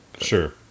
Sure